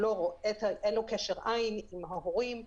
אין לו קשר עין עם ההורים,